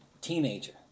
teenager